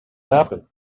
happen